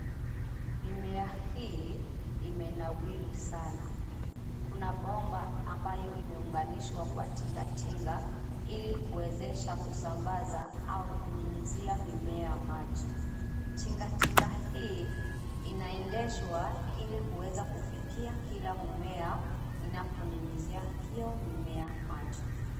Mimea hii imenawiri sana. Kuna bomba ambayo imeunganishwa kwa tingatinga ili kuwezesha kusambaza au kunyunyuzia mimea maji. Tingatinga hii inaendeshwa ili kuweza kufikia kila mmea na kunyunyuzia hio mimea maji.